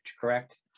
correct